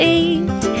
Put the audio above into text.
eat